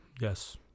Yes